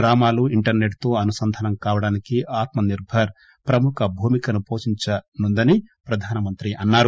గ్రామాలు ఇంటర్సెట్ తో అనుసంధానం కావడానికి ఆత్మనిర్బర్ ప్రముఖ భూమికని పోషించనుందని ప్రధాని అన్నారు